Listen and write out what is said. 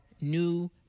new